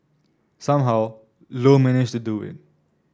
somehow Low managed to do it